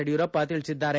ಯಡಿಯೂರಪ್ಪ ತಿಳಿಸಿದ್ದಾರೆ